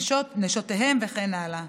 בנשותיהם וכן הלאה.